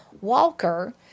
walker